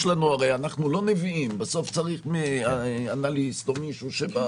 הרי אנחנו לא נביאים ובסוף צריך אנליסט או מישהו שבא